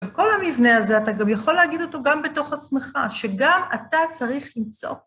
וכל המבנה הזה, אתה גם יכול להגיד אותו גם בתוך עצמך, שגם אתה צריך למצוא.